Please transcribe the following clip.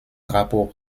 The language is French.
drapeau